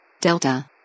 Delta